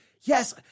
yes